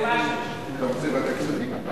אתה רוצה ועדת הכספים?